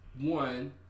one